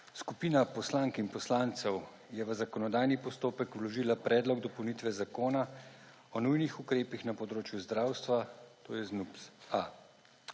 Skupina poslank in poslancev je v zakonodajni postopek vložila Predlog dopolnitve Zakona o nujnih ukrepih na področju zdravstva, to je ZNUPZ-A.